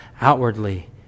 outwardly